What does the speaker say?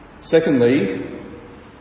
Secondly